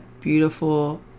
beautiful